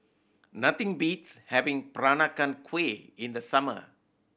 nothing beats having Peranakan Kueh in the summer